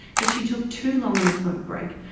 that she took too long on a smoke break,